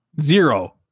Zero